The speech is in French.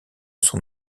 son